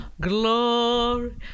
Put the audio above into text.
Glory